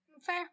Fair